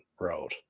Road